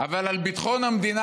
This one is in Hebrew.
אבל ביטחון המדינה,